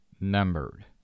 numbered